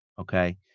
okay